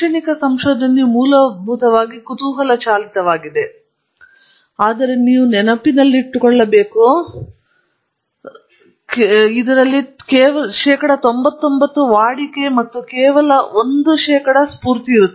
ಶೈಕ್ಷಣಿಕ ಮೂಲಭೂತವಾಗಿ ಕುತೂಹಲ ಚಾಲಿತವಾಗಿದೆ ಆದರೆ ನೀವು ಸಹ ಇಲ್ಲಿ ನೆನಪಿನಲ್ಲಿಟ್ಟುಕೊಳ್ಳಬೇಕು 99 ಶೇಕಡಾ ವಾಡಿಕೆಯ ಕೇವಲ ಒಂದು ಶೇಕಡಾ ಸ್ಫೂರ್ತಿ